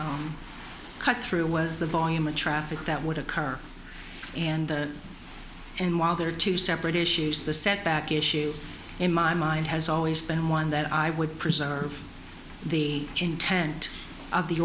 the cut through was the volume of traffic that would occur and and while there are two separate issues the setback issue in my mind has always been one that i would preserve the intent of the